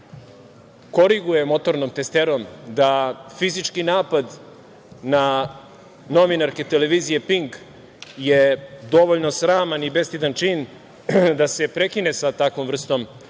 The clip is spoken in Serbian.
koriguje motornom testerom, da fizički napad na novinarke televizije „Pink“ je dovoljno sraman i bestidan čin da se prekine sa takvom vrstom